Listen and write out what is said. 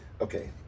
okay